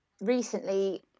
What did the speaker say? recently